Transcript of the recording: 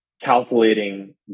calculating